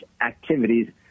activities